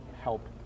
help